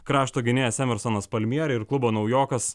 krašto gynėjas emersonas palmieri ir klubo naujokas